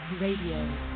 Radio